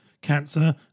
cancer